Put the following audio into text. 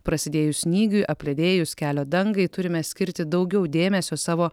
prasidėjus snygiui apledėjus kelio dangai turime skirti daugiau dėmesio savo